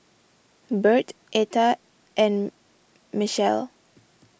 Birt Etta and Michelle